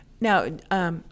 Now